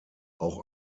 auch